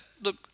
Look